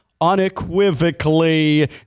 Unequivocally